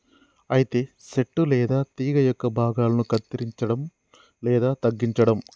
అయితే సెట్టు లేదా తీగ యొక్క భాగాలను కత్తిరంచడం లేదా తగ్గించడం